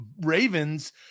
Ravens